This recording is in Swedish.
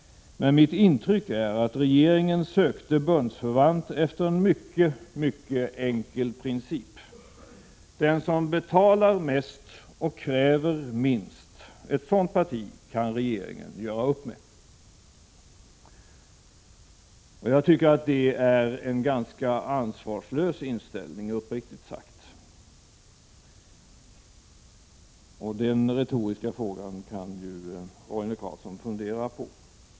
Men mitt intryck är att regeringen sökte bundsförvant efter en mycket enkel princip: den som betalar mest och kräver minst, ett sådant parti kan regeringen göra upp med. Var det inte så, Roine Carlsson? Den retoriska frågan kan ju Roine Carlsson fundera på. Jag tycker uppriktigt sagt att det är en ganska ansvarslös inställning.